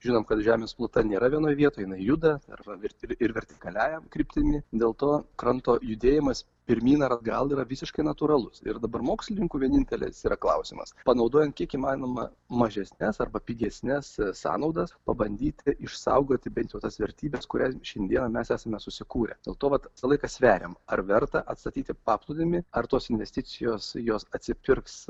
žinom kad žemės pluta nėra vienoj vietoj jinai juda arba virti ir vertikaliąja kryptimi dėl to kranto judėjimas pirmyn atgal yra visiškai natūralus ir dabar mokslininkų vienintelis klausimas panaudojant kiek įmanoma mažesnes arba pigesnes sąnaudas pabandyti išsaugoti bent jau tas vertybes kurias šiandien mes esame susikūrę dėl to kad laiką sveriam ar verta atstatyti paplūdimį ar tos investicijos jos atsipirks